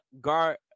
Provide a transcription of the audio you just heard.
guard